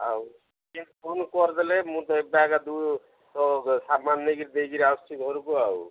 ଆଉ କେମିତି ଫୋନ କରିଦେଲେ ମୁଁ ତ ଏବେ ଏକା ତ ସାମାନ ନେଇକିରି ଦେଇକିରି ଆସୁଛି ଘରକୁ ଆଉ